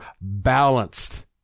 balanced